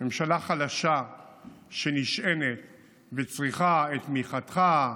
ממשלה חלשה שנשענת וצריכה את תמיכתך,